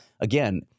Again